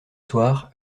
soir